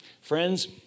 Friends